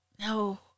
No